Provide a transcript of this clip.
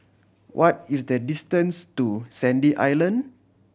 what is the distance to Sandy Island